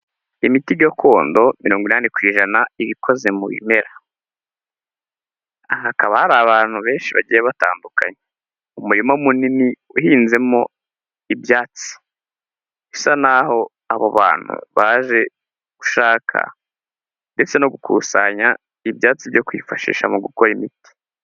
Imiti gakondo, mirongo inani ku ijana iba ikoze mu bimera. Aha hakaba hari abantu benshi bagiye batandukanye. Umurima munini uhinzemo ibyatsi, bisa naho abo bantu baje gushaka ndetse no gukusanya ibyatsi byo kwifashisha mu gukora imiti.